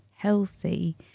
Healthy